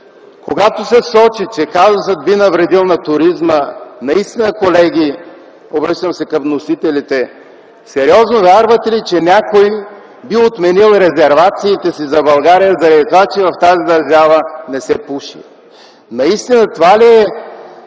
Когато се сочи, че казусът би навредил на туризма, наистина колеги, обръщам се към вносителите: сериозно вярвате ли, че някой би отменил резервациите си за България заради това, че в тази държава не се пуши? Наистина